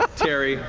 um tary,